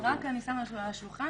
רק אני שמה על השולחן,